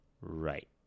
right